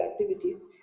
activities